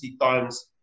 times